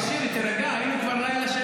תקשיב, ולדימיר, אני מאוד מכבד אותך.